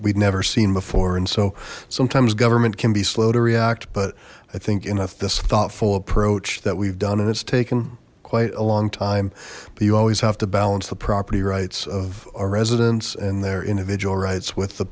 we'd never seen before and so sometimes government can be slow to react but i think enough this thoughtful approach that we've done and it's taken quite a long time but you always have to balance the property rights of our residents and their individual rights with the